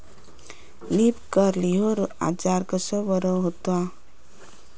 Leaf curl ह्यो आजार कसो बरो व्हता?